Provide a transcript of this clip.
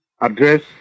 address